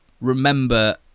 remember